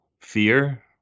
fear